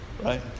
right